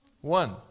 One